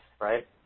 right